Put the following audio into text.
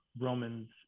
Romans